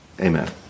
Amen